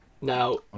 Now